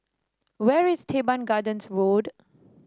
where is Teban Gardens Road